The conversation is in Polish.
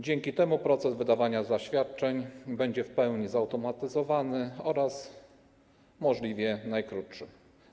Dzięki temu proces wydawania zaświadczeń będzie w pełni zautomatyzowany oraz możliwie najkrótszy.